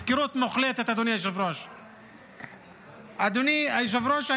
הפקרות מוחלטת, אדוני היושב-ראש.